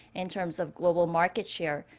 in terms of global market share.